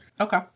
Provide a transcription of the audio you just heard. Okay